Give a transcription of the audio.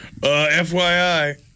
FYI